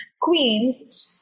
queens